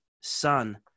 Son